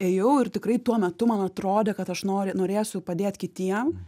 ėjau ir tikrai tuo metu man atrodė kad aš noriu norėsiu padėt kitiem